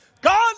God